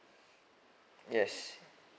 yes